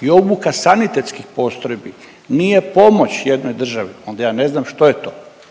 i obuka sanitetskih postrojbi nije pomoć jednoj državi, onda ja ne znam što je to.